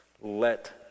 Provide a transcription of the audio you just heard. let